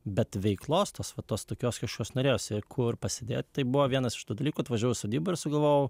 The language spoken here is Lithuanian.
bet veiklos tos va tos tokios kažkokios norėjosi kur pasidėt tai buvo vienas iš tų dalykų atvažiavau į sodybą ir sugalvojau